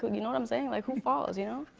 you know what i'm saying? like who falls, you know?